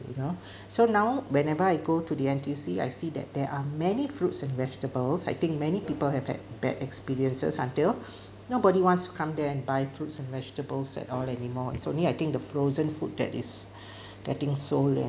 you know so now whenever I go to the N_T_U_C I see that there are many fruits and vegetables I think many people have had bad experiences until nobody wants to come there and buy fruits and vegetables at all anymore it's only I think the frozen food that is getting sold and